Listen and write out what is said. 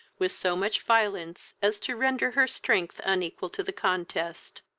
with so much violence as to render her strength unequal to the contest.